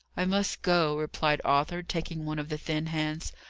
i must go, replied arthur, taking one of the thin hands.